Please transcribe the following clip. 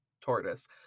tortoise